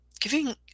giving